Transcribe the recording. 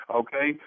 okay